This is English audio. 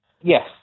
Yes